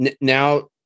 now